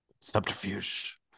Subterfuge